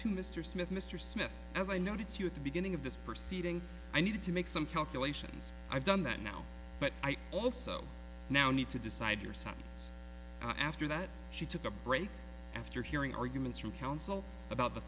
to mr smith mr smith as i noted to you at the beginning of this proceeding i need to make some calculations i've done that now but i also now need to decide yourself it's after that she took a break after hearing arguments from counsel about the